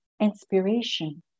inspiration